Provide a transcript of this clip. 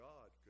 God